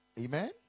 Amen